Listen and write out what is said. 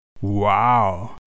Wow